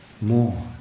more